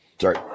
Sorry